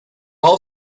all